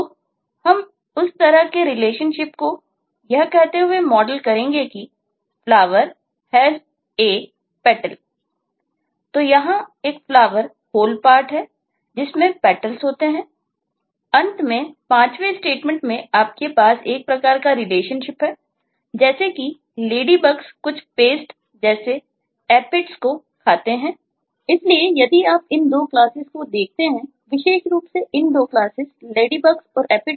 तो हम उस तरह के रिलेशनशिप Ladybugs और Aphids को Aphids विशेष रूप से Pest होंगे